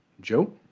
Joe